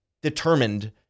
determined